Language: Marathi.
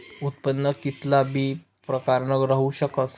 उत्पन्न कित्ला बी प्रकारनं राहू शकस